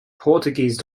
portuguese